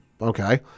Okay